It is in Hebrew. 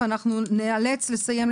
ואנחנו ניאלץ לסיים,